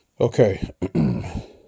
Okay